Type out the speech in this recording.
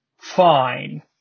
Fine